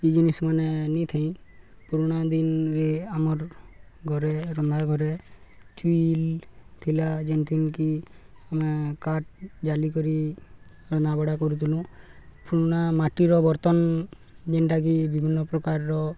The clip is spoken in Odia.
ଇ ଜିନିଷ୍ ମାନେ ନେଇ ଥାଇ ପୁରୁଣା ଦିନରେ ଆମର୍ ଘରେ ରନ୍ଧା ଘରେ ଚୁଲି ଥିଲା ଯେନ୍ତି କିି ଆମେ କାଠ ଜାଲି କରି ରନ୍ଧା ବଢ଼ା କରୁଥିଲୁଁ ପୁରୁଣା ମାଟିର ବର୍ତ୍ତନ ଯେନ୍ଟାକି ବିଭିନ୍ନ ପ୍ରକାରର